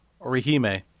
Orihime